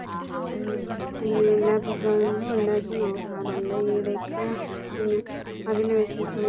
പിന്നെ എല്ലാ വിഭവങ്ങളും ഉണ്ടാക്കി നോക്കാറുണ്ട് ഈ ഇടയ്ക്ക് പിന്നെ അവിൽ വെച്ചിട്ടുള്ളൊരു